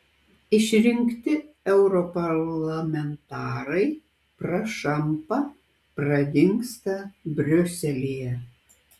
išrinkti europarlamentarai prašampa pradingsta briuselyje